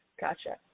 Gotcha